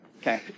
Okay